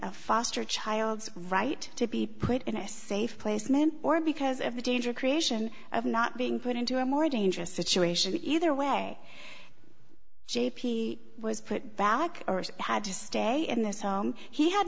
a foster child right to be put in a safe placement or because of the danger creation of not being put into a more dangerous situation either way j p was put back or had to stay in this home he had